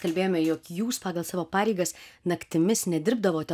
kalbėjome jog jūs pagal savo pareigas naktimis nedirbdavote